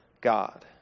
God